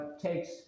takes